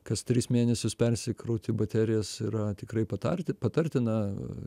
kas tris mėnesius persikrauti baterijas yra tikrai patarti patartina